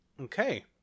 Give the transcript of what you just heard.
Okay